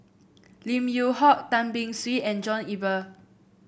Lim Yew Hock Tan Beng Swee and John Eber